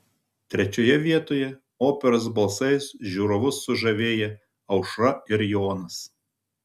trečioje vietoje operos balsais žiūrovus sužavėję aušra ir jonas